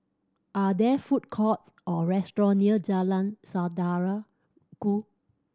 are there food courts or restaurant near Jalan Saudara Ku